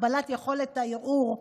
הגבלת יכולת הערעור,